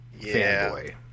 fanboy